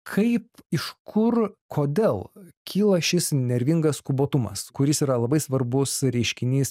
kaip iš kur kodėl kyla šis nervingas skubotumas kuris yra labai svarbus reiškinys